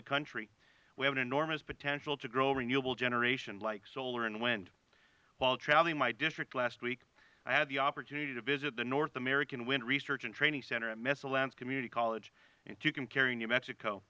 the country we have an enormous potential to grow renewable generation like solar and wind while traveling to my district last week i had the opportunity to visit the north american wind research and training center and mesalands community college in tucumcari new mexico